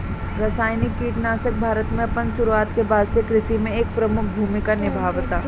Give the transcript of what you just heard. रासायनिक कीटनाशक भारत में अपन शुरुआत के बाद से कृषि में एक प्रमुख भूमिका निभावता